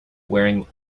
wearing